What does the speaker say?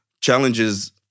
challenges